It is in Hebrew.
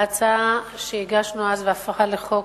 לפי ההצעה שהגשנו אז והפכה לחוק,